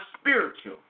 spiritual